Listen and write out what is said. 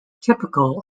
typical